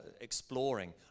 exploring